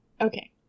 okay